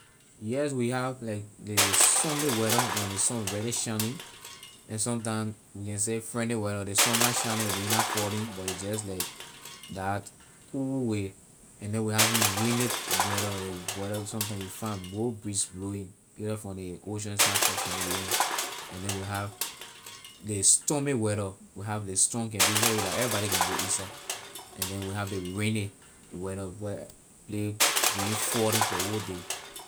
Yes we have like ley sunny weather when ley sun really shining then sometime we can say friendly weather when ley sun na shining ley rain na falling but a just like that cool way and then we having windy weather ley weather sometime you find more breeze blowing either from ley ocean side or from ley land and then we have ley stormy weather we have ley storm can be heavy la everybody can go in side and we have ley rainny weather whereply rain falling for ley whole day.